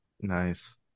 nice